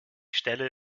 stelle